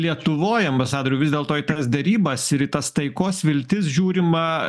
lietuvoj ambasadoriau vis dėlto į tas derybas ir į tas taikos viltis žiūrima